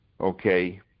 okay